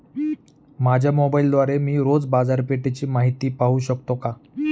माझ्या मोबाइलद्वारे मी रोज बाजारपेठेची माहिती पाहू शकतो का?